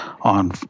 on